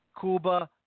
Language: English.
Cuba